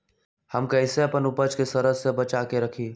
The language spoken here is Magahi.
हम कईसे अपना उपज के सरद से बचा के रखी?